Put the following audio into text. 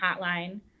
Hotline